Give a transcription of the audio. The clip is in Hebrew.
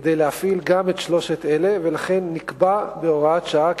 כדי להפעיל גם את שלושת בתי-הכלא האלה,